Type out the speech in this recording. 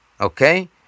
Okay